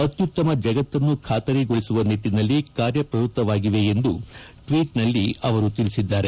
ಅತ್ಯುತ್ತಮ ಜಗತ್ತನ್ನು ಖಾತರಿಗೊಳಿಸುವ ನಿಟ್ಟನಲ್ಲಿ ಕಾರ್ಯ ಪ್ರವೃತ್ತವಾಗಿವೆ ಎಂದು ಟ್ವೀಟ್ನಲ್ಲಿ ಅವರು ತಿಳಿಸಿದ್ದಾರೆ